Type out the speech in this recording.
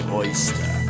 oyster